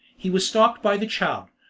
he was stopped by the child,